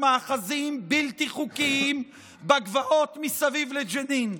מאחזים בלתי חוקיים בגבעות מסביב לג'נין.